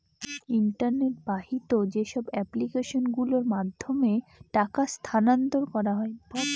internet বাহিত যেসব application গুলোর মাধ্যমে টাকা স্থানান্তর করা হয়